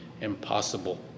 impossible